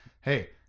hey